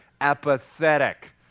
apathetic